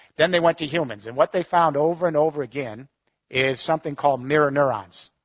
then they went to humans, and what they found over and over again is something called mirror neurons.